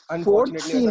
Unfortunately